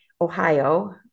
Ohio